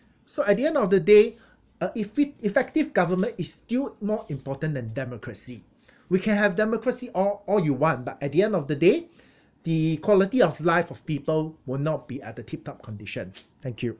so at the end of the day uh if fit effective government is still more important than democracy we can have democracy all all you want but at the end of the day the quality of life of people will not be at the tip top condition thank you